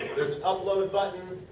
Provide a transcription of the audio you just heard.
upload button.